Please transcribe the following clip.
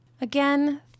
Again